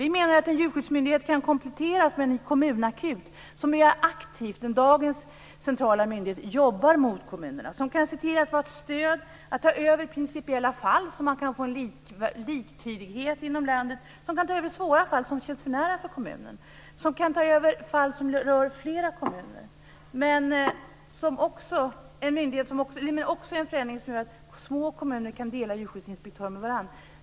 Vi menar att en djurskyddsmyndighet kan kompletteras med en ny kommunakut som mer aktivt än dagens centrala myndighet jobbar mot kommunerna. Den kan vara ett stöd. Den kan ta över principiella fall så att vi kan få en liktydighet i landet. Den kan ta över svåra fall som känns för nära för kommunen. Den kan ta över fall som rör flera kommuner. Denna förändring innebär också att små kommuner kan dela djurskyddsinspektör med varandra.